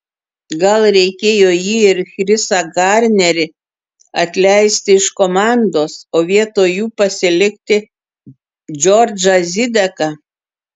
gal reikėjo jį ir chrisą garnerį atleisti iš komandos o vietoj jų pasilikti džordžą zideką